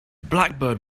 blackbird